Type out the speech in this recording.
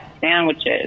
sandwiches